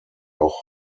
auch